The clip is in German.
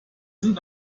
sind